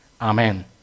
Amen